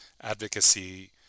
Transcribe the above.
advocacy